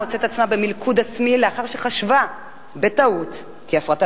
מוצאת עצמה במלכוד עצמי לאחר שחשבה בטעות שהפרטת